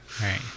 right